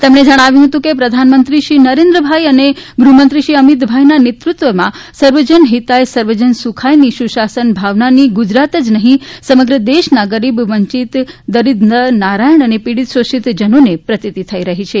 તેમણે જણાવ્યું હતું કે પ્રધાનમંત્રી શ્રી નરેન્દ્રભાઇ અને ગૃહ મંત્રી શ્રી અમિતભાઇના નેતૃત્વમાં સર્વજન હિતાય સર્વજન સુખાય ની સુશાસન ભાવનાની ગુજરાત જ નહિં સમગ્ર દેશના ગરીબ વંચિત દરિદ્રનારાયણ પીડિત શોષિત જનોને પ્રતીતિ થઇ રહ્ઠી છે